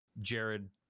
Jared